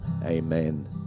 Amen